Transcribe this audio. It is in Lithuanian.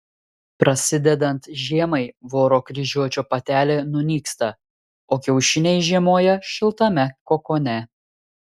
prasidedant žiemai voro kryžiuočio patelė nunyksta o kiaušiniai žiemoja šiltame kokone